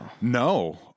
No